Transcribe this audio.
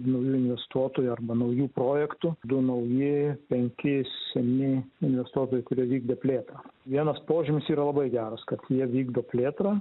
naujų investuotojų arba naujų projektų du nauji penki seni investuotojai kurie vykdė plėtrą vienas požymis yra labai geras kad jie vykdo plėtrą